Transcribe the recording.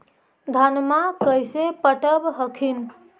धन्मा कैसे पटब हखिन?